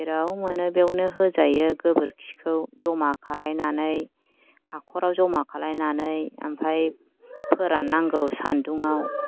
जेराव मोनो बेयावनो होजायो गोबोरखिखौ ज'मा खालायनानै हाख'राव ज'मा खालायनानै ओमफ्राय फोराननांगौ सानदुंआव